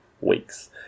weeks